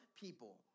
people